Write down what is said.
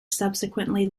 subsequently